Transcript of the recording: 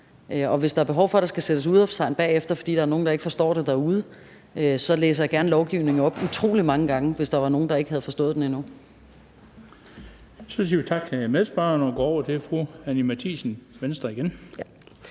Og hvis der er behov for, at der skal sættes udråbstegn bagefter, fordi der er nogle, der ikke forstår det derude, så læser jeg gerne lovgivningen op utrolig mange gange – hvis der var nogen, der ikke havde forstået det endnu. Kl. 16:29 Den fg. formand (Bent Bøgsted): Så siger vi tak til medspørgeren og går over til fru Anni Matthiesen, Venstre, igen.